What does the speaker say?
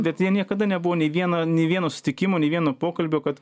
bet jie niekada nebuvo nei vieno nei vieno susitikimo nei vieno pokalbio kad